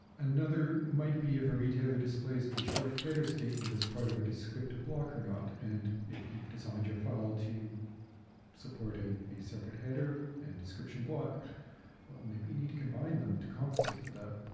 another might be if a retailer displays a short header statement as part of a descriptive block or not and if you've designed your file to support a a separate header and description block well maybe you need to combine them to compensate for that.